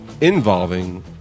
Involving